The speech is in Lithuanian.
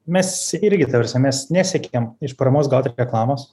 mes irgi ta prasme mes nesiekiam iš paramos gauti reklamos